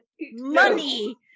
money